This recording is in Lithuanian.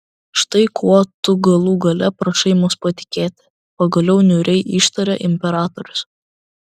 štai kuo tu galų gale prašai mus patikėti pagaliau niūriai ištarė imperatorius